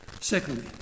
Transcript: Secondly